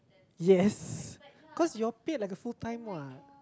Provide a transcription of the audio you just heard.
yes cause you're paid like a full time what